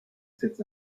sit